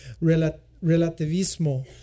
relativismo